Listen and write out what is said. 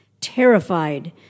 terrified